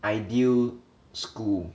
ideal school